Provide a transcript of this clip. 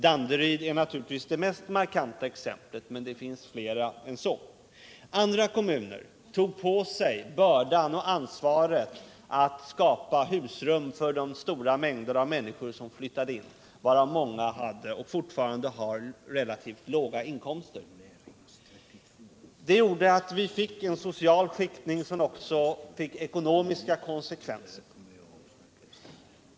Danderyd är naturligtvis det mest markanta exemplet, men det finns fler. Andra kommuner tog på sig bördan och ansvaret att skapa husrum för de stora mängder människor som flyttade in, av vilka många hade och fortfarande har relativt låga inkomster. Vi fick en social skiktning som också hade ekonomiska konsekvenser.